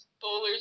Bowlers